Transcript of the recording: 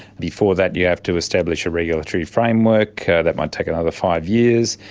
before that you have to establish a regulatory framework, that might take another five years.